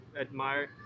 admire